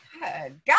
God